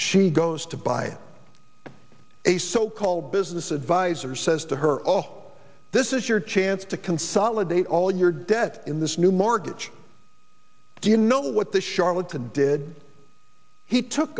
she goes to buy a so called business advisor says to her all this is your chance to consolidate all your debt in this new mortgage do you know what the charlatan did he took